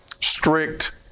strict